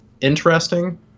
interesting